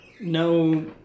No